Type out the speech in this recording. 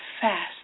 fast